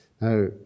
Now